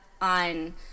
on